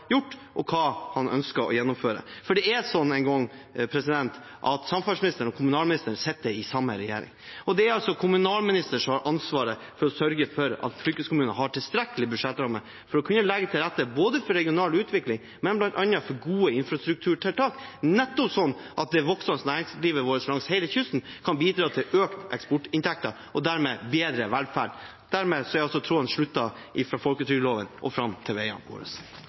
og hva han ønsker å gjennomføre. For det er nå en gang sånn at samferdselsministeren og kommunalministeren sitter i samme regjering. Det er kommunalministeren som har ansvaret for å sørge for at fylkeskommunene har tilstrekkelige budsjettrammer for å kunne legge til rette både for regional utvikling og for gode infrastrukturtiltak, nettopp sånn at det voksende næringslivet vårt langs hele kysten kan bidra til økte eksportinntekter og dermed bedre velferd. Dermed er tråden trukket fra folketrygdloven og fram til veiene våre.